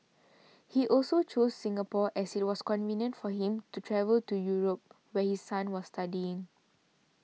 he also chose Singapore as it was convenient for him to travel to Europe where his son was studying